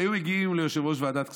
היו מגיעים ליושב-ראש ועדת כספים,